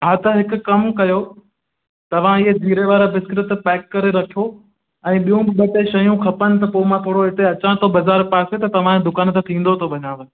हा त हिकु कमु कयो तव्हां इहो जीरे वारा बिस्किट त पैक करे रखो ऐं ॿियूं बि ॿ टे शयूं खपनि त पोइ मां थोरो इते अचां थो बाज़ारि पासे त तव्हां जे दुकान तां थींदो थो वञियांव